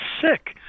sick